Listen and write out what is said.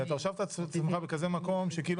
כי אתה הושבת את עצמך בכזה מקום שכאילו